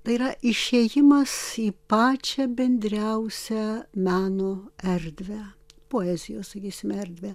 tai yra išėjimas į pačią bendriausią meno erdvę poezijos sakysim erdvę